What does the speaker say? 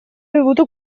bevuto